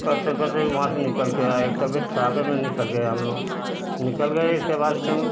कर सके तो वहाँ से निकल के आए तबियत खराबे में निकल गए हम लोग निकल गए इसके बाद फिर